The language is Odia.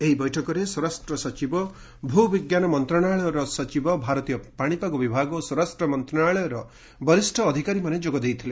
ଏହି ବୈଠକରେ ସ୍ୱରାଷ୍ଟ୍ର ସଚିବ ଭୂ ବିଜ୍ଞାନ ମନ୍ତ୍ରଣାଳୟର ସଚିବ ଭାରତୀୟ ପାଣିପାଗ ବିଭାଗ ଓ ସ୍ୱରାଷ୍ଟ୍ୟ ମନ୍ତ୍ରଣାଳୟର ବରିଷ୍ଣ ଅଧିକାରୀମାନେ ଯୋଗଦେଇଥିଲେ